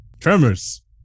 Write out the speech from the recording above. Tremors